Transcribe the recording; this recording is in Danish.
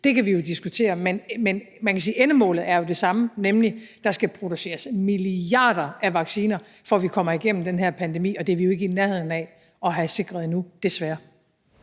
kan vi diskutere, men endemålet er jo det samme, nemlig at der skal produceres milliarder af vacciner, for at vi kommer igennem den her pandemi, og det er vi jo ikke i nærheden af at have sikret endnu, desværre.